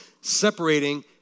separating